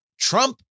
Trump